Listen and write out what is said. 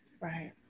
right